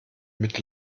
mit